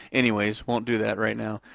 anyways won't do that right now.